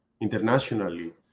internationally